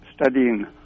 studying